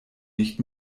nicht